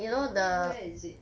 I don't know where is it